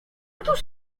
któż